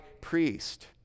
priest